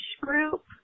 group